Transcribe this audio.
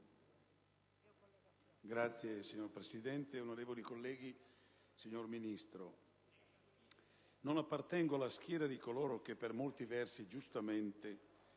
*(IdV)*. Signora Presidente, onorevoli colleghi, signora Ministro, non appartengo alla schiera di coloro che, per molti versi giustamente,